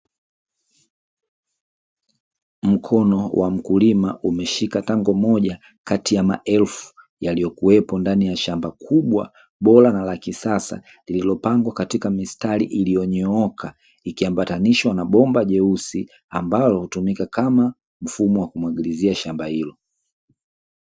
Mkono wa mkulima umeshika tango moja kati ya maelfu yaliyokuwepo ndani ya shamba kubwa, bora na la kisasa lililopangwa katika mistari iliyonyooka, ikiambatanishwa na bomba jeusi ambalo hutumika kama mfumo wa kumwagilizia shamba hilo.